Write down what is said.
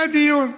היה דיון.